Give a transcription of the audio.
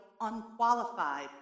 unqualified